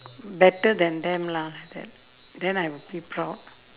better than them lah like then I will be proud